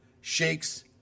shakes